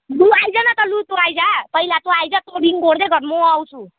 लुआइज् न त ल तँ आइज् पहिला तँ आइज् तँ रिङ कोर्दै गर म आउँछु